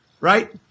right